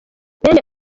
bene